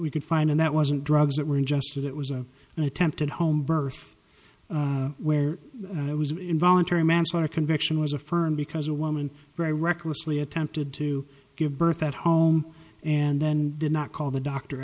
we could find and that wasn't drugs that were ingested it was a an attempt at home birth where it was involuntary manslaughter conviction was affirmed because a woman very recklessly attempted to give birth at home and then did not call the doctor